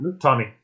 Tommy